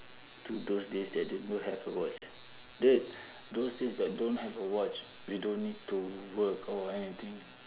to those days that they don't have a watch the those days that don't have a watch we don't need to work or anything